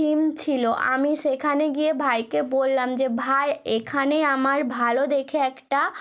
theme ছিল আমি সেখানে গিয়ে ভাইকে বললাম যে ভাই এখানে আমার ভালো দেখে একটা